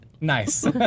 Nice